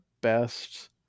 best